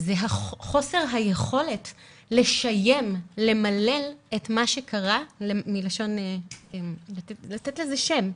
זה חוסר היכולת לשיים, מלשון לתת לזה שם,